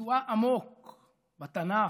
שנטועה עמוק בתנ"ך,